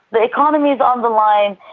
the economy's on the line,